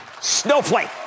Snowflake